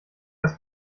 dass